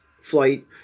flight